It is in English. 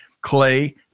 Clay